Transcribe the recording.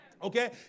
Okay